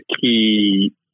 key